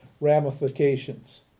ramifications